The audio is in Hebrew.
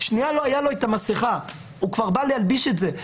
שנייה לא הייתה לו המסכה, הוא כבר בא לשים את זה.